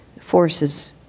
forces